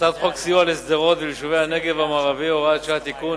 הצעת חוק סיוע לשדרות וליישובי הנגב המערבי (הוראת שעה) (תיקון),